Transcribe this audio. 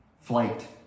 flight